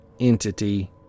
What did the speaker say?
entity